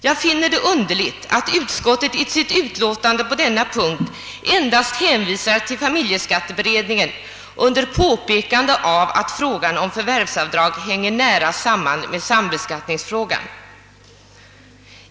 Jag finner det underligt att utskottet i sitt utlåtande på denna punkt endast hänwvisar till familjeskatteberedningen, under påpekande att frågan om förvärvsavdrag hänger nära samman med sambeskattningsfrågan.